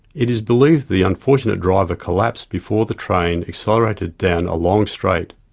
it is believed the unfortunate driver collapsed before the train accelerated down a long straight.